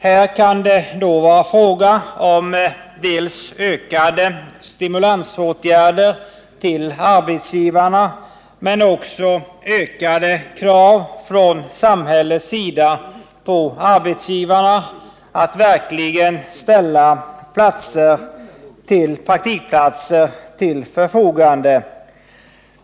Här kan det då vara fråga om ökade stimulansåtgärder till arbetsgivarna men också ökade krav från samhällets sida på arbetsgivarna att verkligen ställa praktikplatser till förfogande.